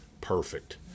Perfect